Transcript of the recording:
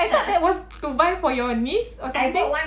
I thought that was to buy for your niece or something